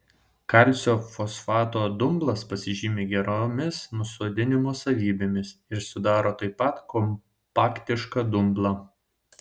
kalcio fosfato dumblas pasižymi geromis nusodinimo savybėmis ir sudaro taip pat kompaktišką dumblą